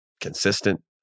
consistent